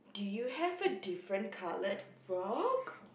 you have a different coloured frog